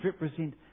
represent